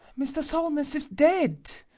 mr. solness is dead!